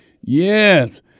yes